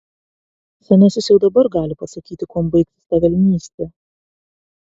senasis jau dabar gali pasakyti kuom baigsis ta velnystė